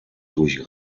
durch